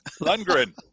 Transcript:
Lundgren